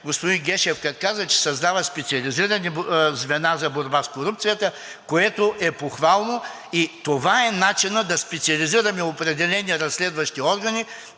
господин Гешев като каза, че създава специализирани звена за борба с корупцията, което е похвално, и това е начинът да специализираме определени разследващи органи